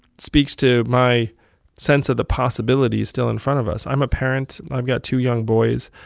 speaks to my sense of the possibilities still in front of us. i'm a parent. i've got two young boys,